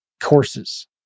courses